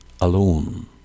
alone